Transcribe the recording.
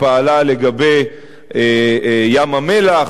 היא פעלה לגבי ים-המלח,